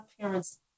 parents